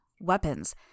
weapons